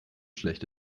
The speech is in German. schlecht